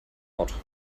ort